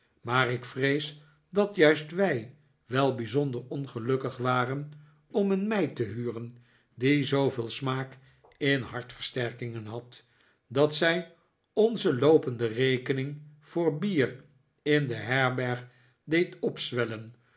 maar ik vrees dat juist wij wel bij zonder ongelukkig waren om een meid te huren die zooveel smaak in hartversterkingen had dat zij onze loopende rekening voor bier in de herberg deed zwellen